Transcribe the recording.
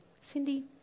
Cindy